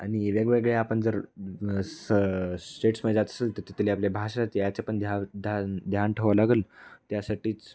आणि वेगवेगळे आपण जर स स्टेट्समध्ये जात असेल तर तिथली आपली भाषा याचे पण ध्या ध्या ध्यान ठेवावं लागेल त्यासाठीच